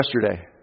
yesterday